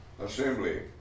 assembly